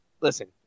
listen